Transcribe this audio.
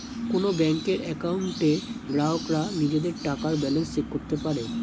কোন ব্যাংকের অ্যাকাউন্টে গ্রাহকরা নিজেদের টাকার ব্যালান্স চেক করতে পারে